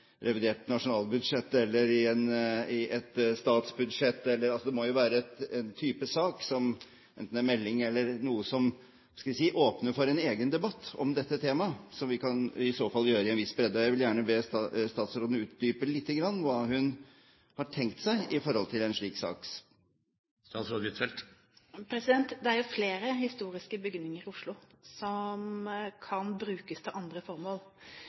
revidert nasjonalbudsjett eller i et statsbudsjett. Det må jo være en type sak som enten er en melding eller noe som – hva skal jeg si – åpner for en egen debatt om dette temaet, som vi kan i så fall gjøre i en viss bredde. Jeg vil gjerne be statsråden utdype lite grann hva hun har tenkt seg når det gjelder dette. Det er jo flere historiske bygninger i Oslo som kan brukes til andre formål.